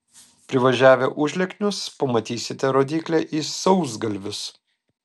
privažiavę užlieknius pamatysite rodyklę į sausgalvius